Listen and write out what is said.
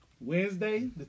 Wednesday